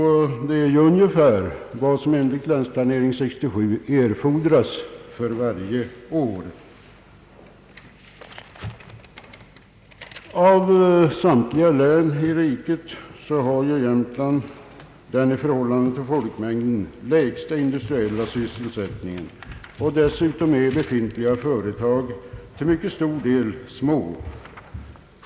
Det är ungefär vad som enligt länsplanering 67 krävs för varje år. Av samtliga län i riket har Jämtlands län den i förhållande till folkmängden lägsta industriella sysselsättningen. Befintliga företag i länet är dessutom till mycket stor del småföretag.